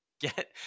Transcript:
get